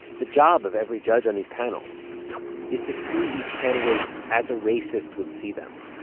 the job of every judge on these panels is to see each candidate as a racist would see them,